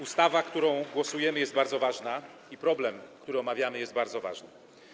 Ustawa, nad którą głosujemy, jest bardzo ważna i problem, który omawiamy, jest bardzo ważny.